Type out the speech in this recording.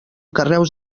carreus